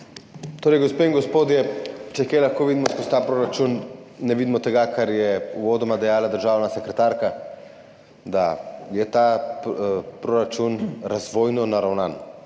hvala. Gospe in gospodje, če kaj lahko vidimo skozi ta proračun, ne vidimo tega, kar je uvodoma dejala državna sekretarka, da je ta proračun razvojno naravnan.